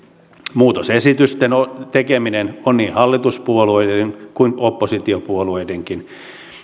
muutosesitysten tekeminen on niin hallituspuolueiden kuin oppositiopuolueidenkin